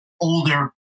older